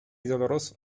doloroso